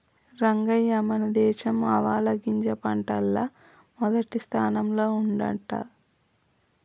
రంగయ్య మన దేశం ఆవాలగింజ పంటల్ల మొదటి స్థానంల ఉండంట